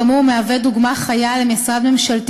גם הוא מהווה דוגמה חיה למשרד ממשלתי